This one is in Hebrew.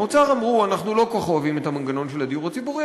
האוצר אמרו: אנחנו לא כל כך אוהבים את המנגנון של הדיור הציבורי,